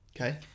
okay